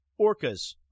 orcas